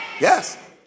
Yes